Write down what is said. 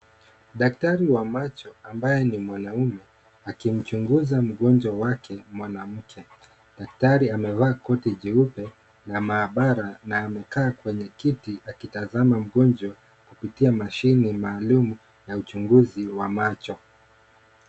Daktari wa macho ambaye ni mwanaume akimchunguza mgonjwa wake mwanamke. Daktari amevaa koti jeupe la maabara na amekaa kwa kiti akitazama mgonjwa kupitia mashini maalumu na uchunguzi wa macho.